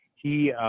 he